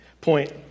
point